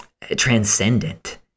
transcendent